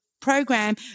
Program